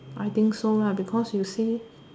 I think so lah because you see